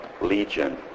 legion